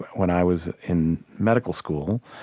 when i was in medical school,